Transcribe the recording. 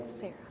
Sarah